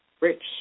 rich